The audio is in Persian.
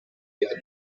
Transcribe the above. یاد